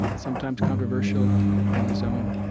ah sometimes controversial in his own